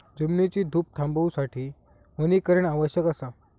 जमिनीची धूप थांबवूसाठी वनीकरण आवश्यक असा